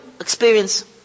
experience